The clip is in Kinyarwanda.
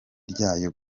ryayo